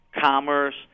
commerce